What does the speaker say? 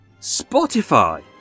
Spotify